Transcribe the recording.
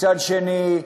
מצד שני,